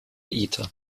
ether